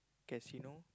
casino